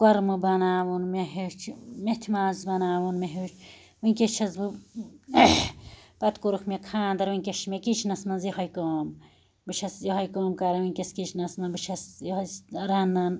کوٚرمہ بناوُن مےٚ ہیٚچھ میٚتھِ ماز بناوُن مےٚ ہیٚچھ ونکیٚس چھَس بہٕ پَتہٕ کوٚرُکھ مےٚ خاندَر ونکیٚس چھِ مےٚ کِچنَس مےٚ یہے کٲم بہٕ چھَس یہے کٲم کران ونکیٚس کچنَس مَنٛز بہٕ چھَس یہے رنان